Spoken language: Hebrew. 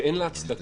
שאין לה הצדקה.